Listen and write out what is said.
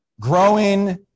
growing